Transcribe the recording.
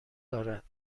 دارد